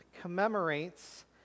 commemorates